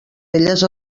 elles